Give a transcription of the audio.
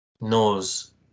knows